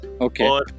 Okay